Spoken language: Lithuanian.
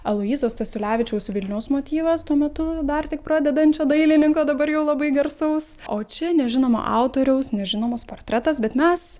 aloyzo stasiulevičiaus vilniaus motyvas tuo metu dar tik pradedančio dailininko dabar jau labai garsaus o čia nežinomo autoriaus nežinomas portretas bet mes